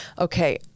Okay